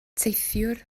teithiwr